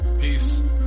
peace